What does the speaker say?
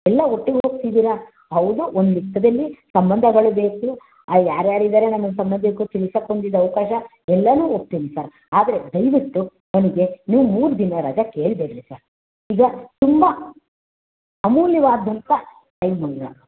ಎಲ್ಲ ಒಟ್ಟಿಗೆ ಹೋಗ್ತಿದೀರ ಹೌದು ಒಂದು ಲೆಕ್ಕದಲ್ಲಿ ಸಂಬಂಧಗಳು ಬೇಕು ಅಲ್ಲಿ ಯಾರ್ಯಾರು ಇದಾರೆ ನಮ್ಮ ಸಂಬಂಧಿಕ್ರು ತಿಳ್ಸೋಕ್ ಒಂದು ಇದು ಅವಕಾಶ ಎಲ್ಲಾ ಒಪ್ತೀನಿ ಸರ್ ಆದರೆ ದಯವಿಟ್ಟು ಅವನಿಗೆ ನೀವು ಮೂರು ದಿನ ರಜ ಕೇಳ್ಬೇಡಿರಿ ಸರ್ ಈಗ ತುಂಬ ಅಮೂಲ್ಯವಾದ್ದಂಥ ಟೈಮ್ ಈಗ